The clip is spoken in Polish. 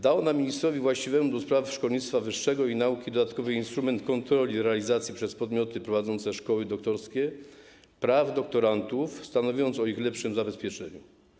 Da ona ministrowi właściwemu do spraw szkolnictwa wyższego i nauki dodatkowy instrument kontroli realizacji przez podmioty prowadzące szkoły doktorskie praw doktorantów, stanowiąc o ich lepszym zabezpieczeniu.